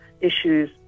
issues